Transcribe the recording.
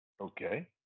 Okay